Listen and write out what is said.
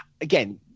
again